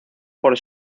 por